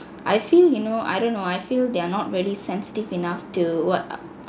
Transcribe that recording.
I feel you know I don't know I feel they are not really sensitive enough to what